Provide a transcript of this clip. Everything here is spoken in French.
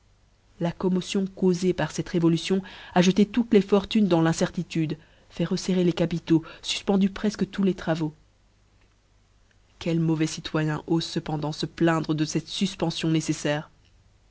la commotion cattiée par cette révolution a jetté toutes les fortunes dans l'incertitude fait refferrer les capitaux fufpendu prefque tous les travaux quel mauvais citoyen ofe cependant fe plaindre de cette fufpenéon néceuaire